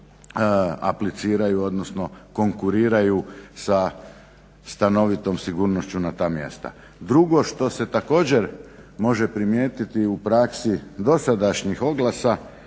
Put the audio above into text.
apliciraju, odnosno konkuriraju sa stanovitom sigurnošću na ta mjesta. Drugo što se također može primijetiti u praksi dosadašnjih oglasa